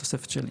תוספת שלי.